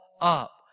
up